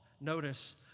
notice